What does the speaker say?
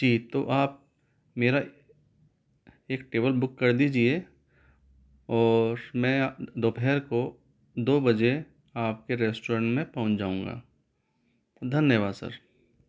जी तो आप मेरा एक टेबल बुक कर दीजिए और मैं दोपहर को दो बजे आपके रेस्टोरेंट में पहुँच जाऊंगा धन्यवाद सर